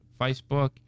Facebook